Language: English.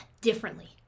differently